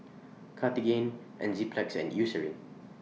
Cartigain Enzyplex and Eucerin